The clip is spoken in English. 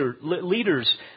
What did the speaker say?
leaders